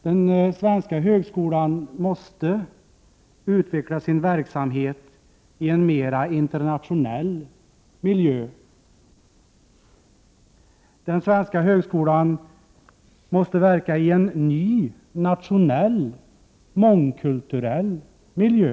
Den svenska högskolan måste utveckla sin verksamhet i en mera interna tionell miljö. Den svenska högskolan måste också verka i en ny nationell, Prot. 1988/89:104 mångkulturell miljö.